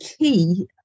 key